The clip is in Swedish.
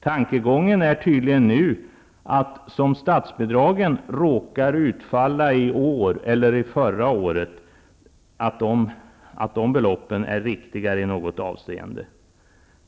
Tankegången är tydligen att de belopp som statsbidragen råkade utfalla med i år eller förra året är riktigare i något avseende.